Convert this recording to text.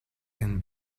can